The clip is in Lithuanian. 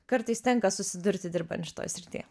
kartais tenka susidurti dirbant šitoj srityje